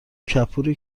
کپور